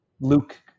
Luke